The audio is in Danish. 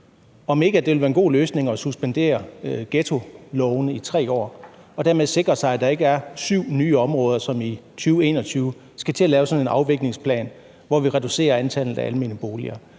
om det ikke ville være en god løsning at suspendere ghettolovene i 3 år og dermed sikre sig, at der ikke er syv nye områder, som i 2021 skal til at lave sådan en afviklingsplan, hvor vi reducerer antallet af almene boliger.